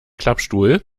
klappstuhl